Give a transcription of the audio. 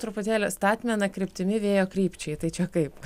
truputėlį statmena kryptimi vėjo krypčiai tai čia kaip